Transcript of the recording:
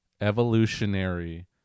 evolutionary